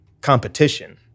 competition